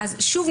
שוב,